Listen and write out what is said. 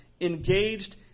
engaged